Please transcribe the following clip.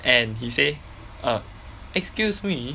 and he say uh excuse me